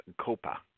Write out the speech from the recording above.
COPA